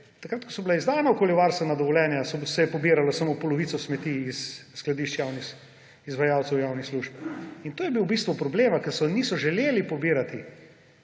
Takrat ko so bila izdana okoljevarstvena dovoljenja, se je pobiralo samo polovico smeti iz skladišč izvajalcev javnih služb. In to je bil v bistvu problem, ker niso želeli pobirati